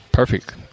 Perfect